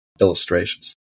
illustrations